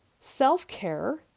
self-care